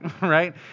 right